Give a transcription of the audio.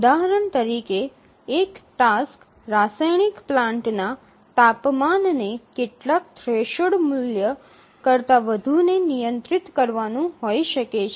ઉદાહરણ તરીકે એક ટાસ્ક રાસાયણિક પ્લાન્ટના તાપમાનને કેટલાક થ્રેશોલ્ડ મૂલ્ય કરતાં વધુને નિયંત્રિત કરવાનું હોઈ શકે છે